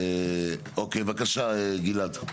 אוקיי, בבקשה גלעד.